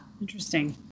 interesting